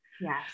Yes